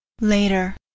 Later